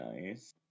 Nice